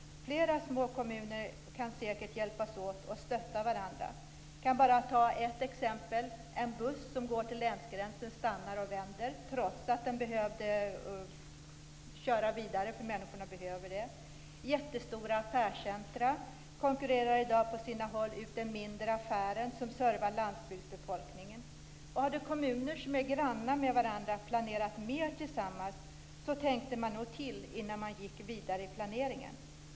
Flera små kommuner kan säkert hjälpas åt och stötta varandra. Jag kan bara ta ett par exempel. En buss som går till länsgränsen stannar där och vänder, trots att den borde köra vidare eftersom människorna behöver det. Jättestora affärscentrum konkurrerar i dag på sina håll ut den mindre affären som servar landsbygdsbefolkningen. Om kommuner som är grannar med varandra hade planerat mer tillsammans tänkte man nog till innan man gick vidare i planeringen.